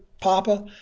papa